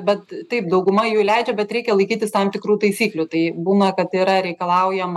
bet taip dauguma jų leidžia bet reikia laikytis tam tikrų taisyklių tai būna kad yra reikalaujama